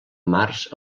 març